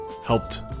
helped